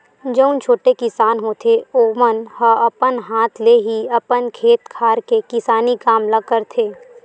जउन छोटे किसान होथे ओमन ह अपन हाथ ले ही अपन खेत खार के किसानी काम ल करथे